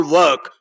work